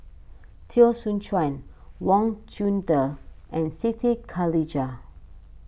Teo Soon Chuan Wang Chunde and Siti Khalijah